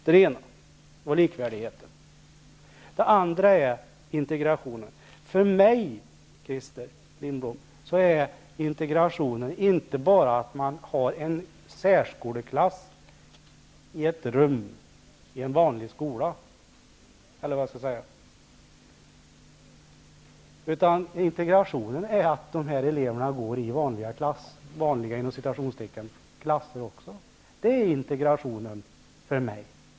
Den andra saken jag vill ta upp är integrationen. För mig, Christer Lindblom, är integrationen inte bara att man har en särskoleklass i ett rum i en vanlig skola. Integrationen är att de här eleverna går i ''vanliga'' klasser. Det är integration för mig.